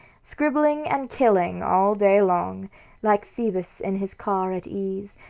scribbling and killing all day long like phoebus in his car at ease,